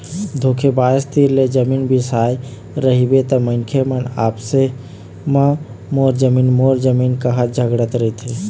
धोखेबाज तीर ले जमीन बिसाए रहिबे त मनखे मन आपसे म मोर जमीन मोर जमीन काहत झगड़त रहिथे